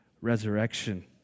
resurrection